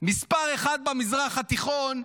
מספר אחת במזרח התיכון,